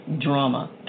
drama